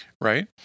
right